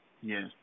Yes